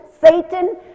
Satan